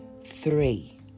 Three